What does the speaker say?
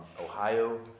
Ohio